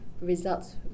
results